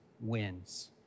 wins